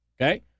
Okay